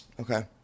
Okay